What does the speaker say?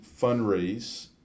fundraise